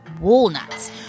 walnuts